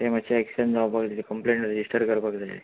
तें मात्शे एक्शन जावपाक जाय कंप्लेन रजिस्टर करपाक जाय